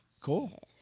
Cool